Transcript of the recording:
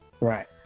Right